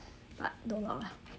but don't lock lah